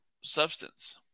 substance